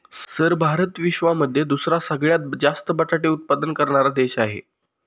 sir Bharat विश्वामध्ये दुसरा सगळ्यात जास्त बटाटे उत्पादन करणारा देश आहे